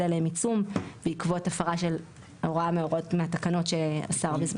עליהם עיצום בעקבות הפרה של הוראה מהתקנות שהשר יקבע.